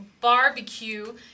barbecue